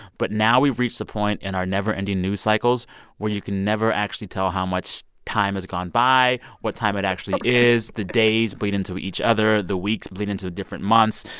but now we've reached a point in our never-ending news cycles where you can never actually tell how much time has gone by, what time it actually is. the days bleed into each other. the weeks bleed into different months.